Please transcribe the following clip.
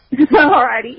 Alrighty